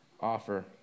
offer